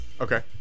okay